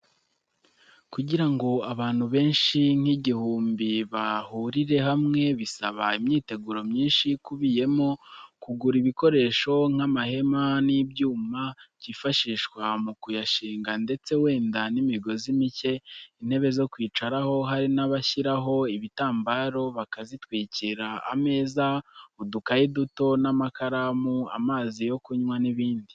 Kugira ngo abantu benshi nk'igihumbi bahurire hamwe bisaba imyiteguro myinshi ikubuyemo kugura ibikoresho, nk'amahema n'ibyuma byifashishwa mu kuyashinga ndetse wenda n'imigozi mike, intebe zo kwicaraho, hari n'abashyiraho ibitambaro bakazitwikira, ameza, udukayi duto n'amakaramu, amazi yo kunywa n'ibindi.